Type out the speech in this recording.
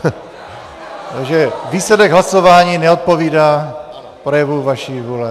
Takže výsledek hlasování neodpovídá projevu vaší vůle.